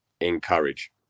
encourage